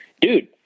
Dude